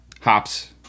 hops